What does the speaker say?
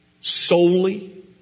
solely